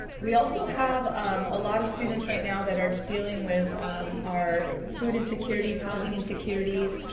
we also have um a lot of students right now that are dealing with our food insecurities, housing insecurities.